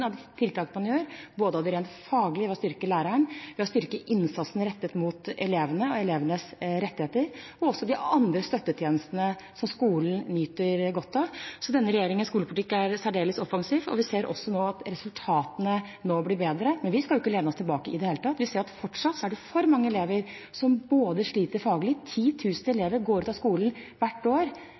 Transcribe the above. av de tiltak man gjør, både de rent faglige ved å styrke læreren, ved å styrke innsatsen rettet mot elevene og elevenes rettigheter og også de andre støttetjenestene som skolen nyter godt av. Så denne regjeringens skolepolitikk er særdeles offensiv, og vi ser at resultatene nå blir bedre. Men vi skal ikke lene oss tilbake i det hele tatt. Vi ser at det fortsatt er for mange elever som sliter faglig: 10 000 elever går ut av skolen hvert år